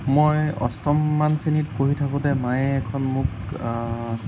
মই অষ্টমমান শ্ৰেণীত পঢ়ি থাকোঁতে মায়ে এখন মোক